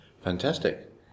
Fantastic